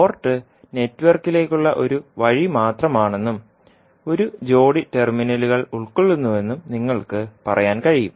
port നെറ്റ്വർക്കിലേക്കുള്ള ഒരു വഴി മാത്രമാണെന്നും ഒരു ജോഡി ടെർമിനലുകൾ ഉൾക്കൊള്ളുന്നുവെന്നും നിങ്ങൾക്ക് പറയാൻ കഴിയും